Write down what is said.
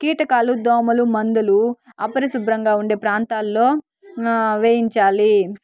కీటకాలు దోమలు మందులు అపరిశుభ్రంగా ఉండే ప్రాంతాల్లో వేయించాలి